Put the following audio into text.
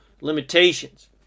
limitations